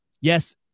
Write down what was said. yes